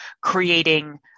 creating